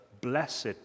Blessed